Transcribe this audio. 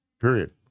period